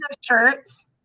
shirts